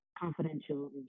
confidential